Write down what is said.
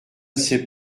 sais